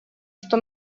что